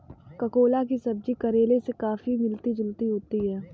ककोला की सब्जी करेले से काफी मिलती जुलती होती है